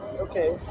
Okay